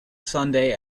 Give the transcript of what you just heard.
sunday